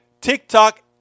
TikTok